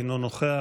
אינו נוכח,